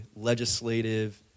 legislative